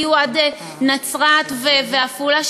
הגיעו עד נצרת ועפולה,